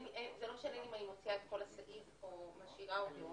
זה לא משנה אם אני מוציאה את כל הסעיף או משאירה אותו,